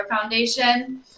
Foundation